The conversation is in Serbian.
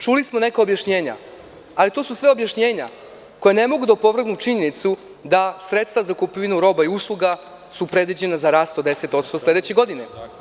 Čuli smo neka objašnjenja, ali to su sve objašnjenja koja ne mogu da opovrgnu činjenicu da sredstva za kupovinu roba i usluga su predviđena za rast od 10% sledeće godine.